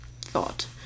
thought